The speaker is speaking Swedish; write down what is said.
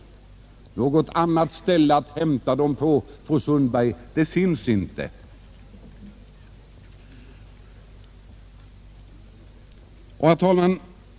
Något annat ställe att hämta den från, fru Sundberg, finns inte. Herr talman!